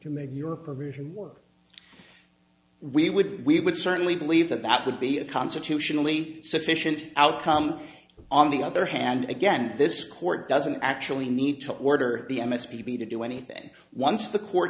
you make your provision work we would we would certainly believe that that would be a constitutionally sufficient outcome on the other hand again this court doesn't actually need to order the m s b to do anything once the court